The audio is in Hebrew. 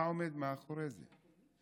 מה עומד מאחורי זה?